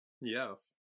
Yes